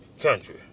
country